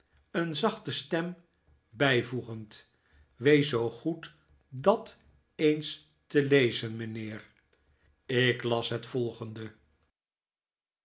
een zachte stem bijvoegend wees zoo goed dat eens te lezen mijnheer ik las het volgende